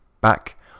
back